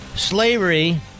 Slavery